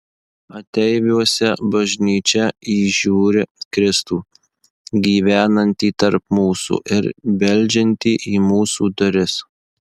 ateiviuose bažnyčia įžiūri kristų gyvenantį tarp mūsų ir beldžiantį į mūsų duris